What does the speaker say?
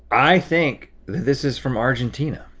i think that this is from argentina.